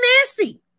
nasty